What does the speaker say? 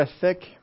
thick